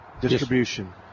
distribution